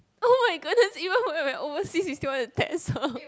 oh my goodness even when we're overseas you still want to text her